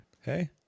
Hey